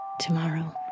tomorrow